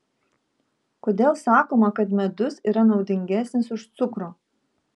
kodėl sakoma kad medus yra naudingesnis už cukrų